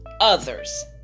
others